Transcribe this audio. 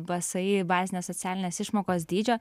bsi bazinės socialinės išmokos dydžio